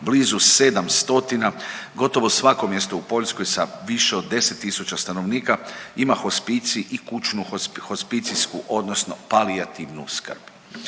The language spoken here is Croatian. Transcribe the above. blizu 7 stotina, gotovo svako mjesto u Poljskoj sa više od 10 tisuća stanovnika ima hospicij i kućnu hospicijsku odnosno palijativnu skrb.